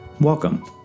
welcome